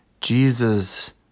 Jesus